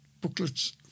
booklets